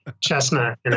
chestnut